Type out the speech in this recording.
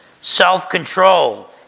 self-control